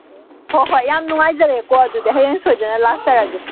ꯑꯣ ꯍꯣꯏ ꯍꯣꯏ ꯌꯥꯝ ꯅꯨꯡꯉꯥꯏꯖꯔꯦꯀꯣ ꯑꯗꯨꯗꯤ ꯍꯌꯦꯡ ꯁꯣꯏꯗꯅ ꯂꯥꯛꯆꯔꯒꯦ